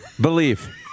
Believe